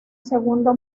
segundo